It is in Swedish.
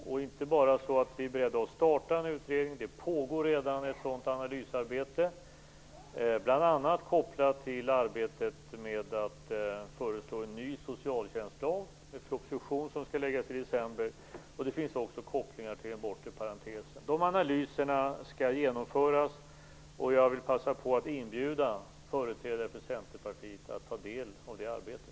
Vi är inte bara beredda att starta en utredning; det pågår redan ett sådant analysarbete, bl.a. kopplat till arbetet med att föreslå en ny socialtjänstlag - en proposition som skall läggas fram i december. Det finns också kopplingar till den bortre parentesen. De analyserna skall genomföras. Jag vill passa på att inbjuda företrädare för Centerpartiet att ta del av det arbetet.